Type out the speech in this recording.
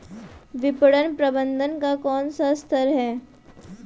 विपणन प्रबंधन का कौन सा स्तर है?